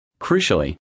Crucially